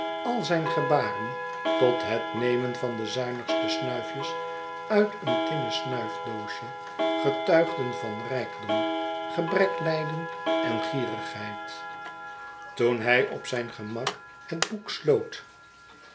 al zijn gebaren tot het nemen van de zuinigste snuifjes uit een tinnen snuifdoosje getuigden van rijkdom gebreklijden en gierigheid toen hij op zijn gemak het boek sloot